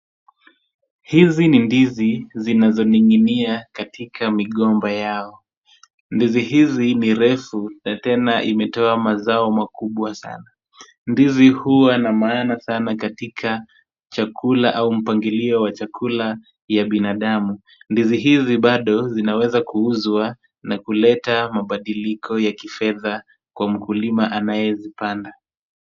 Hizi ni ndizi zinazoning'inia katika migomba yao. Ndizi hizi ni refu na tena imetoa mazao makubwa sana. Ndizi huwa na maana katika chakula au mpangilio wa chakula ya binadamu. Ndizi hizi bado zinaweza kuuzwa na kuleta mabadiliko ya kifedha kwa mkulima anayezipanda.